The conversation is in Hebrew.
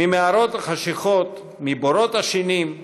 / ממערות חשכות, מבורות עשנים,